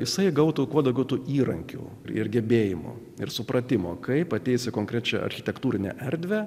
jisai gautų kuo daugiau tų įrankių ir gebėjimų ir supratimo kaip paties konkrečia architektūrine erdve